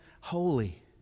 holy